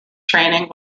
training